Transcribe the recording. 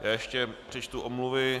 Ještě přečtu omluvy.